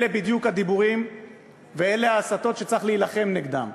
אלה בדיוק הדיבורים וההסתות שצריך להילחם נגדם.